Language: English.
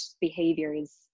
behaviors